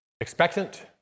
Expectant